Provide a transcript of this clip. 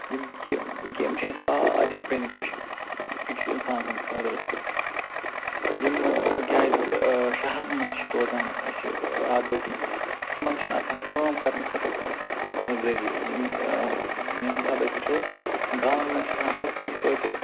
یِم گیمہٕ گیمہٕ چھِ اَسہِ واریاہ بٮ۪نِفِشَل أکِس اِنسان سٕنٛدۍ خٲطرٕ یِمہٕ کیٛازِ شہرن منٛز چھِ روزان اَسہِ آبٲدی تِمَن چھِنہٕ آسان کٲم کَرنہٕ خٲطرٕ کانٛہہ تہِ ذریعہ ییٚمہِ ییٚمہِ حسابہٕ أسۍ وٕچھو گامَن منٛز چھِ آسان ہَر کٲنٛسہٕ تویتہِ